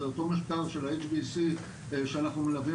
זה אותו מחקר של ה- HBSC שאנחנו מלווים